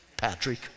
Patrick